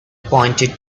pointed